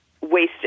wasted